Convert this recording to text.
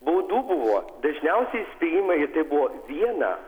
baudų buvo dažniausiai įspėjimai ir tai buvo vieną